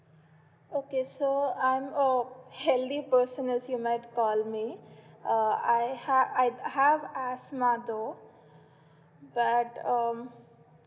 okay so I'm a healthy person as you might call me uh I ha~ uh I have asthma though but um